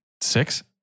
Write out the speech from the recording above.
Six